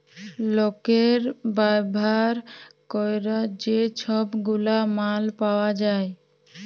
লকের ব্যাভার ক্যরার যে ছব গুলা মাল পাউয়া যায়